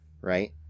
Right